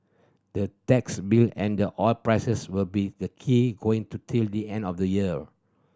the tax bill and the oil prices will be the key going to till the end of the year